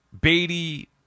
Beatty